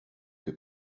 que